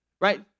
right